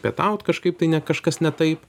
pietaut kažkaip tai ne kažkas ne taip